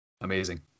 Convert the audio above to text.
amazing